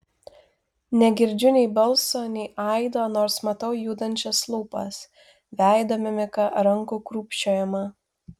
negirdžiu nei balso nei aido nors matau judančias lūpas veido mimiką rankų krūpčiojimą